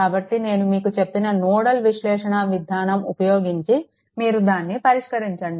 కాబట్టి నేను మీకు చెప్పిన నోడల్ విశ్లేషణ విధానం ఉపయోగించి మీరు దాన్ని పరిష్కరించండి